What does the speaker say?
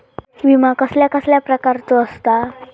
विमा कसल्या कसल्या प्रकारचो असता?